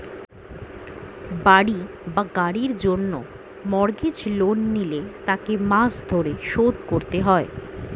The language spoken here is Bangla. বাড়ি বা গাড়ির জন্য মর্গেজ লোন নিলে তাকে মাস ধরে শোধ করতে হয়